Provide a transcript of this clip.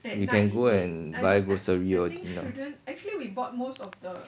we can go and buy grocery or dinner